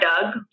doug